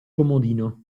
comodino